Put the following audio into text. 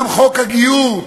גם חוק הגיור,